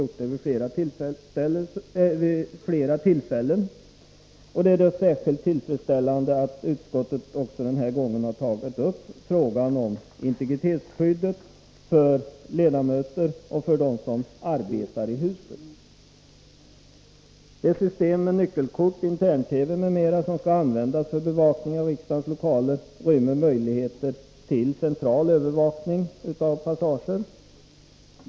Det har vi gjort vid flera tillfällen, och det är särskilt tillfredsställande att utskottet också den här gången har tagit upp frågan om integritetsskyddet för ledamöter och för dem som arbetar i huset. Det system med nyckelkort, intern-TV m.m. som skall användas för bevakningen av riksdagens lokaler rymmer möjligheter till central övervakning av passagen.